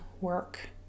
work